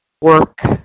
work